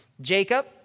Jacob